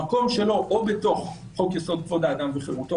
המקום של השוויון זה בתוך חוק יסוד כבוד אדם חירותו,